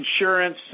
insurance